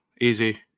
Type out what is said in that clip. Easy